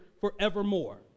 forevermore